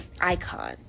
Icon